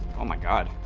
oh my god